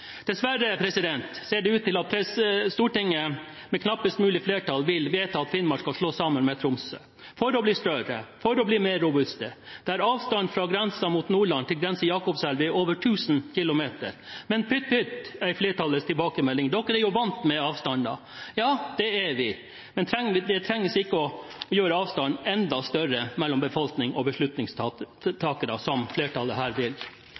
Dessverre ser det ut til at Stortinget med knappest mulig flertall vil vedta at Finnmark skal slås sammen med Troms – for å bli større, for å bli mer robust – der avstanden fra grensen mot Nordland til Grense Jakobselv er over 1 000 km. Men pytt pytt, er flertallets tilbakemelding – dere er jo vant med avstander. Ja, det er vi, det trengs ikke å gjøre avstanden enda større mellom befolkning og beslutningstakere, slik flertallet her vil.